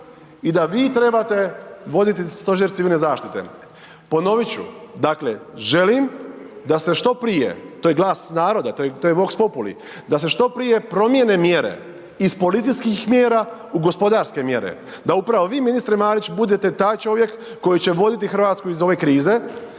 i da vi trebate voditi stožer civilne zaštite. Ponovit ću, dakle želim da se što prije, to je glas naroda to je vox populi da se što prije promijene mjere iz policijskih mjera u gospodarske mjere, da upravo vi ministre Marić budete taj čovjek koji će voditi Hrvatsku iz ove krize,